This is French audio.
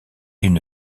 une